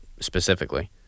specifically